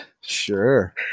Sure